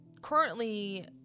currently